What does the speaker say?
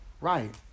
right